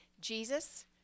Jesus